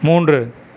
மூன்று